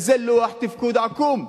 זה לוח תפקוד עקום,